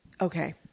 Okay